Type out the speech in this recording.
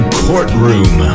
courtroom